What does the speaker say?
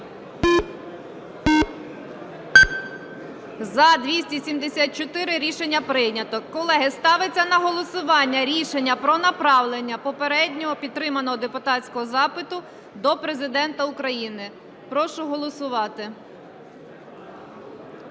За-274 Рішення прийнято. Колеги, ставиться на голосування рішення про направлення попереднього підтриманого депутатського запиту до Президента України. Прошу голосувати.